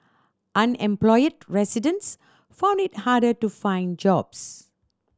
unemployed residents found it harder to find jobs